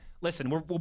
listen